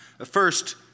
First